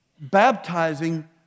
baptizing